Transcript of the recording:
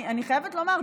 אני חייבת לומר,